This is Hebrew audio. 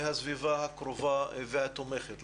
מהסביבה הקרובה והתומכת,